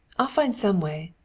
i'll find some way.